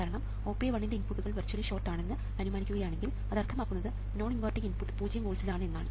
കാരണം OPA1 ന്റെ ഇൻപുട്ടുകൾ വെർച്വലി ഷോർട്ട് ആണെന്ന് അനുമാനിക്കുകയാണെങ്കിൽ അത് അർത്ഥമാക്കുന്നത് നോൺ ഇൻവേർട്ടിംഗ് ഇൻപുട്ട് പൂജ്യം വോൾട്സ്ൽ ആണ് എന്നാണ്